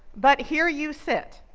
but here you sit,